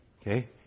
Okay